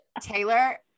Taylor